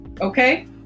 Okay